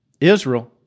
Israel